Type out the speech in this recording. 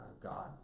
God